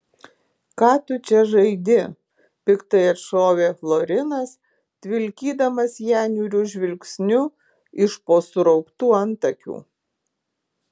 ką tu čia žaidi piktai atšovė florinas tvilkydamas ją niūriu žvilgsniu iš po surauktų antakių